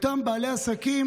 לאותם בעלי עסקים